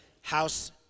house